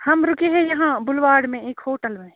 ہم رکے ہیں یہاں بلواڑ میں ایک ہوٹل میں